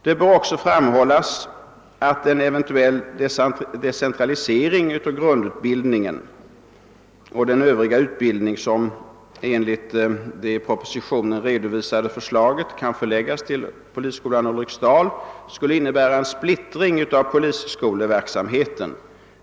Det bör också framhållas att en eventuell decentralisering av grundutbildningen och den övriga utbildning som enligt det i propositionen redovisade förslaget kan förläggas till polisskolan Ulriksdal, skulle innebära en splittring av polisskoleverksamheten.